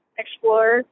explore